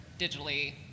digitally